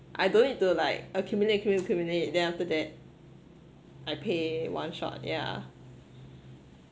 I don't need to like accumulate accumulate accumulate then after that I pay one shot yeah